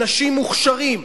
אנשים מוכשרים שאומרים: